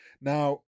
Now